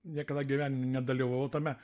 niekada gyvenime nedalyvavau tame